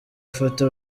afata